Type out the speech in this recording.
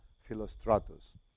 Philostratus